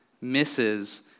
misses